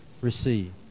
receive